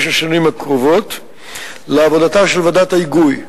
השנים הקרובות לעבודתה של ועדת היגוי,